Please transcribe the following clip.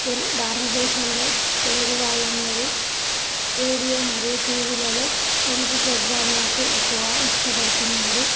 తె భారతదేశంలో తెలుగు వాళ్ళందరు రేడియో మరియు టీవీలలో తెలుగు ప్రోగ్రాంలకు ఎక్కువ ఇష్టపడుతున్నారు